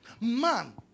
Man